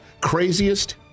Craziest